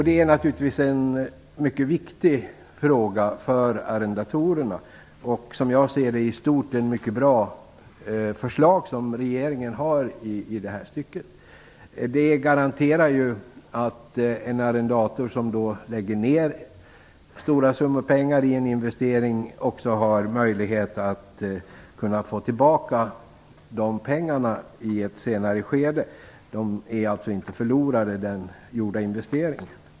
Det är naturligtvis en mycket viktig fråga för arrendatorerna. Som jag ser det, är det i stort ett mycket bra förslag som regeringen har lagt fram i det här stycket. Det garanterar att en arrendator som lägger ned stora summor pengar i en investering också har möjlighet att få tillbaka pengarna i ett senare skede. De är alltså inte förlorade i den gjorda investeringen.